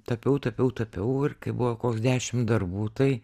tapiau tapiau tapiau ir kai buvo koks dešim darbų tai